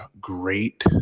great